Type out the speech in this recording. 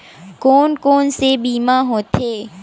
कोन कोन से बीमा होथे?